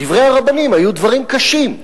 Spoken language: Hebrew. דברי הרבנים היו דברים קשים.